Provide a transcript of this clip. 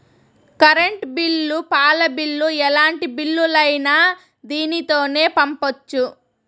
current bill పాల bill ఎలాంటి బిల్లులైనా దీనితోనే పంపొచ్చు